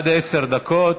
בבקשה, עד עשר דקות.